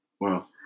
Wow